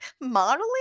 modeling